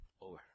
Over